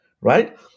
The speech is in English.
Right